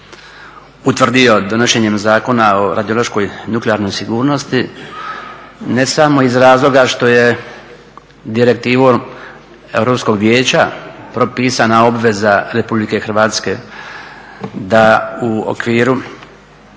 utvrdio donošenjem Zakona o radiološkoj nuklearnoj sigurnosti, ne samo iz razloga što je Direktivom Europskog vijeća propisana obveza RH da u okviru